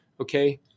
Okay